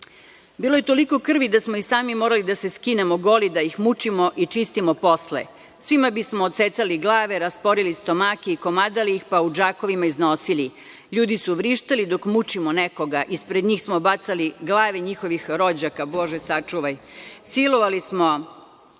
Bilo je toliko krvi da smo i sami morali da se skinemo goli da ih mučimo i čistimo posle. Svima bismo odsecali glave, rasporili stomake, komadali ih pa u džakovima iznosili. Ljudi su vrištali dok mučimo nekoga. Ispred njih smo bacali glave njihovih rođaka, bože sačuvaj, silovali smo